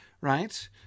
right